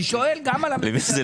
אני שואל גם על הממשלה,